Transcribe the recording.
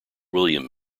william